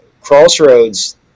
crossroads